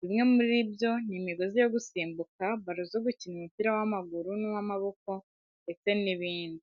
Bimwe muri byo ni imigozi yo gusimbuka, balo zo gukina umupira w'amaguru n'uw'amaboko ndetse n'ibindi.